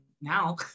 now